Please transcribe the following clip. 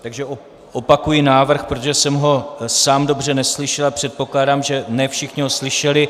Takže opakuji návrh, protože jsem ho sám dobře neslyšel a předpokládám, že ne všichni ho slyšeli.